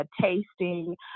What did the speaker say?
tasting